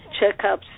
checkups